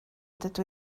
dydw